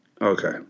Okay